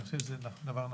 אני חושב שזה דבר נכון.